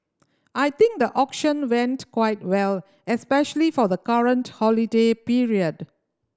I think the auction went quite well especially for the current holiday period